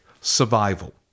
survival